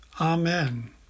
amen